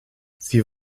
sie